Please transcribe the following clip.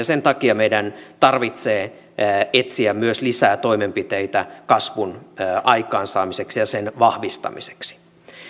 sen takia meidän tarvitsee etsiä myös lisää toimenpiteitä kasvun aikaansaamiseksi ja sen vahvistamiseksi